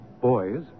boys